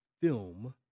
film